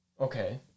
Okay